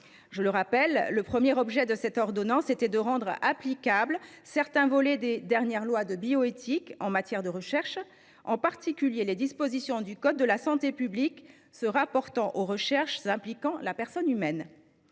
Je le rappelle, le premier objet de cette ordonnance était de rendre applicables dans ces territoires certains volets des dernières lois de bioéthique en matière de recherche, en particulier les dispositions du code de la santé publique se rapportant aux recherches impliquant la personne humaine.